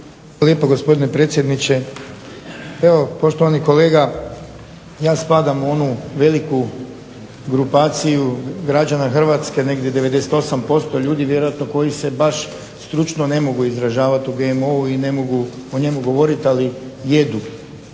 lijepo gospodine predsjedniče. Evo poštovani kolega ja spadam u onu veliku grupaciju građana Hrvatske negdje 98% ljudi vjerojatno koji se baš stručno ne mogu izražavati o GMO-u i ne mogu o njemu govoriti ali jedu